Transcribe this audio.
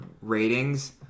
ratings